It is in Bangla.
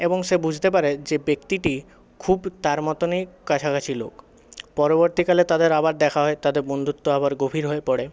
এবং সে বুঝতে পারে যে ব্যক্তিটি খুব তার মতনই কাছাকছি লোক পরবর্তীকালে তাদের আবার দেখা হয় তাদের বন্ধুত্ব আবার গভীর হয়ে পড়ে